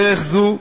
בדרך זו,